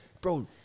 bro